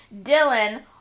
Dylan